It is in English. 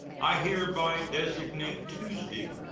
i hereby designate tuesday,